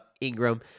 Ingram